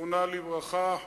זיכרונה לברכה,